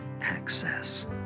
access